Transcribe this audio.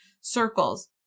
circles